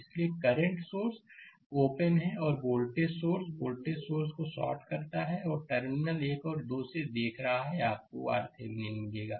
इसलिए current source open हैं और यह वोल्टेज सोर्स वोल्टेज सोर्स को शॉर्ट करता है और टर्मिनल 1 और 2 से देख रहा है आपको RThevenin मिलेगा